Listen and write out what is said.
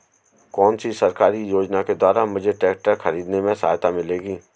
कौनसी सरकारी योजना के द्वारा मुझे ट्रैक्टर खरीदने में सहायता मिलेगी?